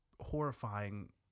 horrifying